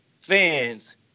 fans